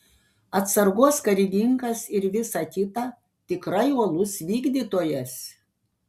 atsargos karininkas ir visa kita tikrai uolus vykdytojas